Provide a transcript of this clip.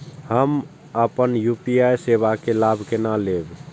हम अपन यू.पी.आई सेवा के लाभ केना लैब?